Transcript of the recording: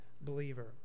believer